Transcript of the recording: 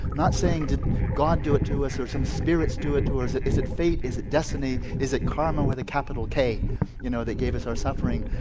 not saying did god do it to us or some spirits do it to us, is it fate, is it destiny, is it karma with a capital k you know that gave us our suffering.